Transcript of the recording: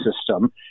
system